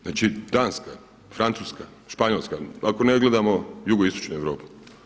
Znači Danska, Francuska, Španjolska ako ne gledamo jugoistočnu Europu.